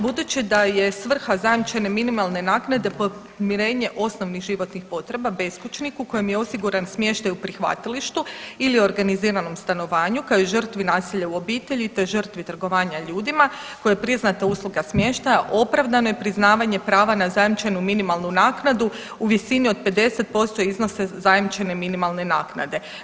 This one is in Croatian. Budući da je svrha zajamčene minimalne naknade podmirenje osnovnih životnih potreba beskućniku kojem je osiguran smještaj u prihvatilištu ili organiziranom stanovanju kao i žrtvi nasilja u obitelji, te žrtvi trgovanja ljudima kojoj je priznata usluga smještaja opravdano je priznavanje prava na zajamčenu minimalnu naknadu u visini od 50% iznosa zajamčene minimalne naknade.